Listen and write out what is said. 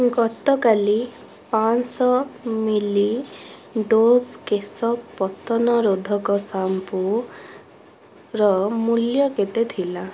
ଗତକାଲି ପାଆଁଶହ ମିଲି ଡୋଭ୍ କେଶ ପତନ ରୋଧକ ଶ୍ୟାମ୍ପୂର ମୂଲ୍ୟ କେତେ ଥିଲା